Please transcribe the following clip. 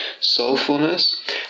soulfulness